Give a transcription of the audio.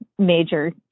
major